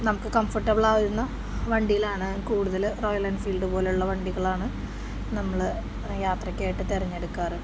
നമുക്ക് കംഫർട്ടബിളാകുന്ന വണ്ടിയിലാണ് കൂടുതലും റോയൽ എൻഫീൽഡ് പോലെയുള്ള വണ്ടികളാണ് നമ്മള് യാത്രയ്ക്കായിട്ട് തെരഞ്ഞെടുക്കാറ്